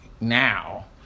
now